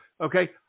okay